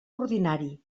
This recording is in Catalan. ordinari